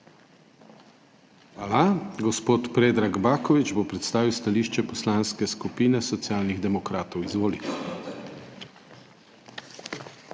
Hvala. Gospod Predrag Baković bo predstavil stališče Poslanske skupine Socialnih demokratov. Izvolite.